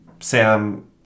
Sam